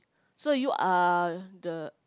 so you are the